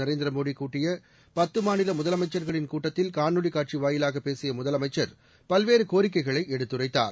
நரேந்திர மோடி கூட்டிய பத்து மாநில முதலமைச்சர்களின் கூட்டத்தில் காணொலிக் காட்சி வாயிலாக பேசிய முதலமைச்சர் பல்வேறு கோரிக்கைகளை எடுத்துரைத்தார்